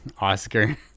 oscar